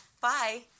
Bye